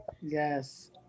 yes